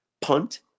Punt